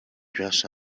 dress